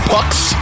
Pucks